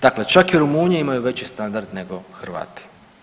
Dakle, čak i Rumunji imaju veći standard nego Hrvati.